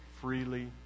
freely